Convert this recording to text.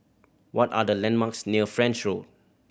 what are the landmarks near French Road